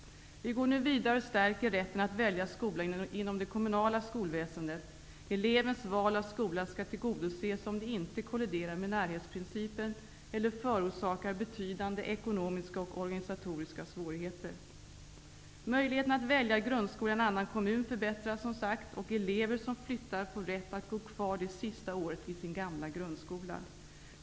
Vi går nu vidare och stärker rätten att välja skola inom det kommunala skolväsendet. Elevers val av skola skall tillgodoses om det inte kolliderar med närhetsprincipen eller förorsakar betydande ekonomiska och organisatoriska svårigheter. Möjligheten att välja grundskola i en annan kommun förbättras, och elever som flyttar får rätt att gå kvar det sista året i sin gamla grundskola.